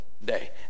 day